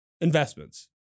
investments